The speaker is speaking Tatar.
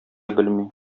белми